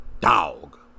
dog